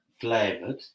flavoured